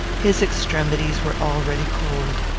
his extremities were already cold.